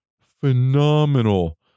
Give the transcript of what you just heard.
phenomenal